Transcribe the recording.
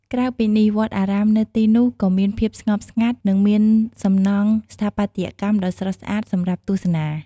ក្រៅពីនេះ វត្តអារាមនៅទីនោះក៏មានភាពស្ងប់ស្ងាត់ និងមានសំណង់ស្ថាបត្យកម្មដ៏ស្រស់ស្អាតសម្រាប់ទស្សនា។